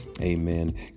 Amen